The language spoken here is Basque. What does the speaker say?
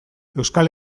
euskal